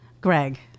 Greg